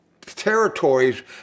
territories